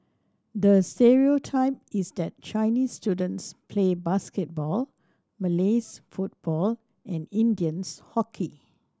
the stereotype is that Chinese students play basketball Malays football and Indians hockey